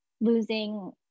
losing